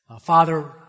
Father